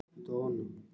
ᱫᱚᱱ